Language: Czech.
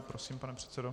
Prosím, pane předsedo.